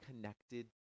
connected